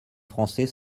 français